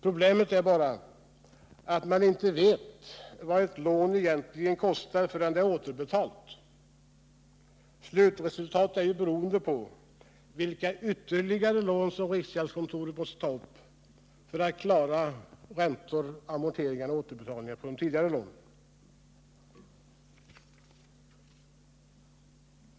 Problemet är bara att man inte vet vad ett utlandslån egentligen kostar förrän det är återbetalt. Slutresultatet är ju beroende av vilka ytterligare lån riksgäldskontoret måste ta upp för att klara räntor och amorteringar på de tidigare lånen.